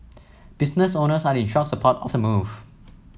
business owners are in strong support of the move